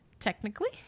Technically